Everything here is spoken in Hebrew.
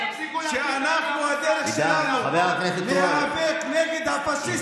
תפסיקו, חבר הכנסת עידן רול, נא לשבת.